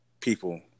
people